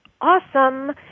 Awesome